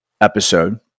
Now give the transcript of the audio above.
episode